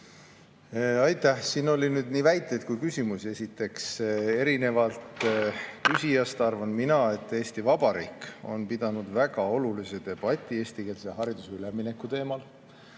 Aitäh! Siin oli nüüd nii väiteid kui ka küsimusi. Esiteks, erinevalt küsijast arvan mina, et Eesti Vabariik on pidanud ära väga olulise debati eestikeelsele haridusele ülemineku teemal.